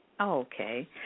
Okay